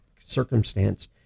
circumstance